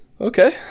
Okay